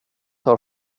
har